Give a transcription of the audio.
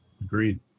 Agreed